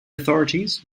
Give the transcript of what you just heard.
authorities